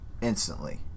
instantly